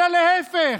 אלא להפך,